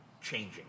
changing